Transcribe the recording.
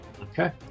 Okay